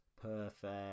perfect